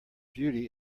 beauty